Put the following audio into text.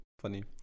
funny